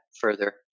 further